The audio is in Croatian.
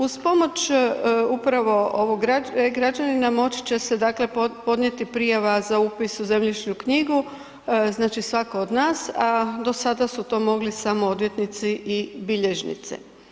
Uz pomoć upravo ovog E-građanina moći će se dakle podnijeti prijava za upis u zemljišnu knjigu, znači svako od nas a dosada su to samo mogli samo odvjetnici i bilježnici.